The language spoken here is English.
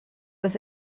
was